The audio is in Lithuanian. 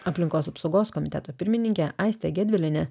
aplinkos apsaugos komiteto pirmininkė aistė gedvilienė